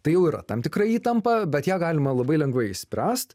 tai jau yra tam tikra įtampa bet ją galima labai lengvai išspręst